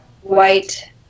white